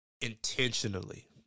Intentionally